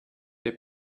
they